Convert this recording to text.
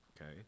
okay